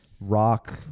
rock